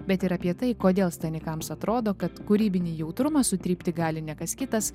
bet ir apie tai kodėl stanikai atrodo kad kūrybinį jautrumą sutrypti gali ne kas kitas